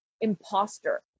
imposter